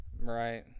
Right